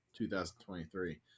2023